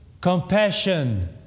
compassion